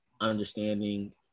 understanding